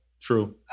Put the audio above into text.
True